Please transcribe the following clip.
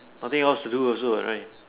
nothing else to do also right